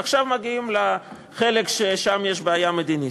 ועכשיו מגיעים לחלק שיש בו בעיה מדינית.